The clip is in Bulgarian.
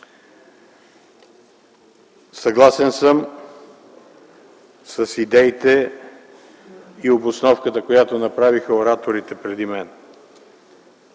Съгласен съм с идеите и обосновката, която направиха ораторите преди мен.